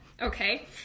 Okay